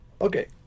Okay